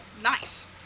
nice